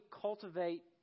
cultivate